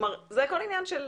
כלומר, זה הכול עניין של